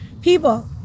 People